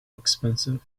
expensive